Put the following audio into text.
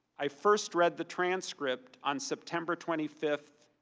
i first read the transcript on september twenty fifth,